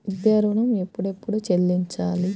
విద్యా ఋణం ఎప్పుడెప్పుడు చెల్లించాలి?